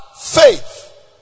faith